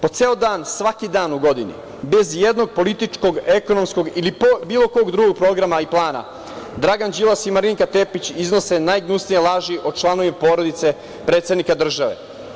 Po ceo dan, svaki dan u godini, bez i jednog političkog, ekonomskog ili bilo kog drugog programa i plana, Dragan Đilas i Marinika Tepić iznose najgnusnije laži o članovima porodice predsednika države.